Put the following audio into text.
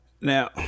Now